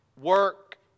Work